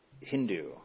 Hindu